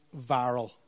Viral